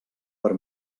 per